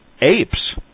apes